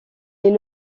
est